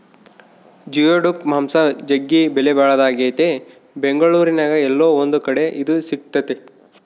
geoduck ಮಾಂಸ ಜಗ್ಗಿ ಬೆಲೆಬಾಳದಾಗೆತೆ ಬೆಂಗಳೂರಿನ್ಯಾಗ ಏಲ್ಲೊ ಒಂದು ಕಡೆ ಇದು ಸಿಕ್ತತೆ